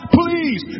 please